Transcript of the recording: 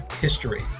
history